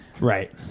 right